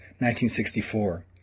1964